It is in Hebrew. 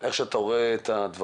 איך אתה רואה את הדברים?